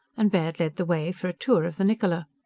and baird led the way for a tour of the niccola.